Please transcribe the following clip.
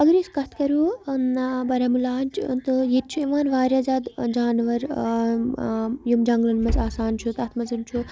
اگر أسۍ کَتھ کَرو نا بارہمولاہٕچ تہٕ ییٚتہِ چھِ یِوان واریاہ زیادٕ جاناوار یِم جنگلَن منٛز آسان چھُ تَتھ منٛز چھُ